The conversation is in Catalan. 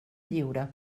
lliure